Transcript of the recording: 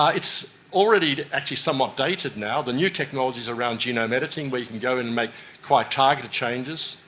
ah it's already actually somewhat dated now. the new technologies around genome editing where you can go and make quite targeted changes,